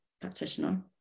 practitioner